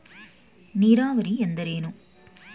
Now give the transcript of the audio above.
ನೀರಾವರಿ ಎಂದರೇನು?